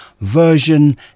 version